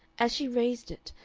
as she raised it,